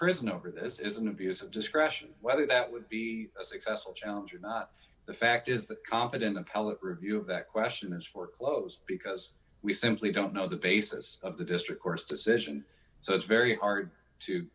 prison over this is an abuse of discretion whether that would be a successful challenge or not the fact is that competent appellate review of that question is foreclosed because we simply don't know the basis of the district court's decision so it's very hard to